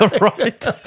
Right